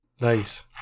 Nice